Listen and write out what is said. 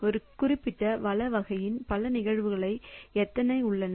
ஒரு குறிப்பிட்ட வள வகையின் பல நிகழ்வுகளை எத்தனை உள்ளன